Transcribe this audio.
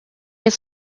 its